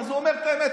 אז הוא אומר את האמת,